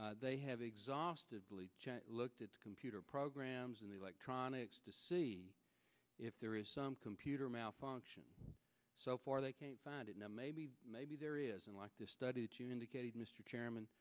they have exhausted looked at the computer programs in the electronics to see if there is some computer malfunction so far they can't find it now maybe maybe there isn't like this study to indicate mr chairman